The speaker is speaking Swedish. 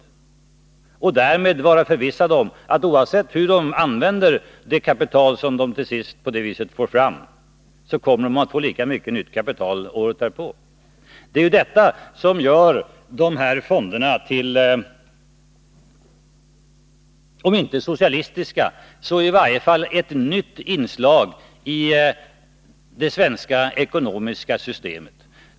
Därmed kan de vara förvissade om att oavsett hur de använder det kapital som de till sist på detta sätt får fram, kommer de att få lika mycket nytt kapital året därpå. Det är detta som gör dessa fonder om inte till socialistiska så i varje fall till ett nytt inslag i det svenska ekonomiska systemet.